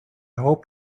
hope